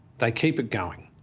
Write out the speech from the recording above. they keep it going.